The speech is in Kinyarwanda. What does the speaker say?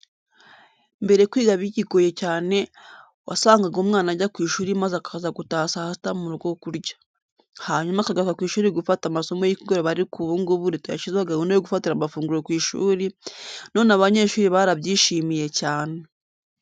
Mbere kwiga bikigoye cyane, wasangaga umwana ajya ku ishuri maze akaza gutaha saa sita mu rugo kurya, hanyuma akagaruka ku ishuri gufata amasomo y'ikigoroba ariko ubu ngubu Leta yashyizeho gahunda yo gufatira amafunguro ku ishuri, none abanyeshuri barabyishimiye cyane.